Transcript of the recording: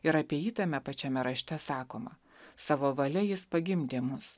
ir apie jį tame pačiame rašte sakoma savo valia jis pagimdė mus